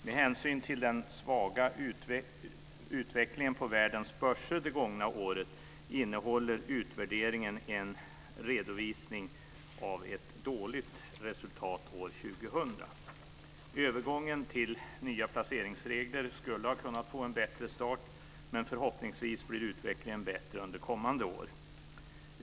Med hänsyn till den svaga utvecklingen på världens börser det gångna året innehåller utvärderingen en redovisning av ett dåligt resultat år 2000. Övergången till nya placeringsregler skulle ha kunnat få en bättre start, men förhoppningsvis blir utvecklingen bättre under kommande år.